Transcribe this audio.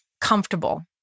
comfortable